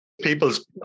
people's